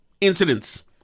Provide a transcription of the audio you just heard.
incidents